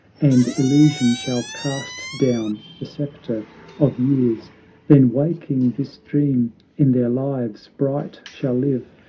and illusion shall cast down the sceptre of years then waking, this dream in their lives bright shall live,